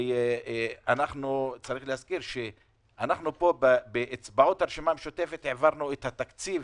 ואנחנו פה באצבעות הרשימה המשותפת העברנו את תקציב